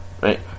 right